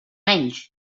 menys